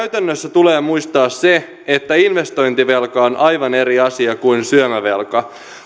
tulee muistaa se että investointivelka on aivan eri asia kuin syömävelka